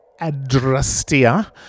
Adrastia